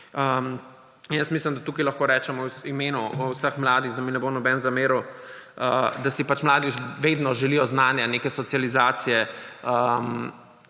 Mislim, da tukaj lahko rečem v imenu vseh mladih, da mi ne bo nobeden zameril, da si mladi vedno želijo znanja, neke socializacije